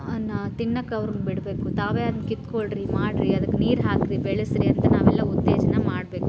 ಅ ನ ತಿನ್ನೋಕೆ ಅವ್ರಿಗೆ ಬಿಡಬೇಕು ತಾವೇ ಅದನ್ನು ಕಿತ್ಕೊಳ್ಳಿರಿ ಮಾಡಿರಿ ಅದಕ್ಕೆ ನೀರು ಹಾಕಿರಿ ಬೆಳೆಸಿರಿ ಅಂತ ನಾವೆಲ್ಲ ಉತ್ತೇಜನ ಮಾಡಬೇಕು